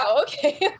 okay